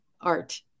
art